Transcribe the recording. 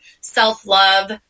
self-love